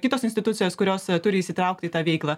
kitos institucijos kurios turi įsitraukti į tą veiklą